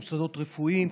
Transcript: מוסדות רפואיים,